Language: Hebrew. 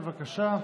בבקשה,